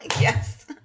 Yes